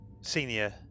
senior